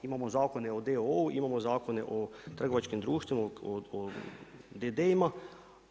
Imamo zakone o d.o.o. imamo zakone o trgovačkim društvima, o d.d.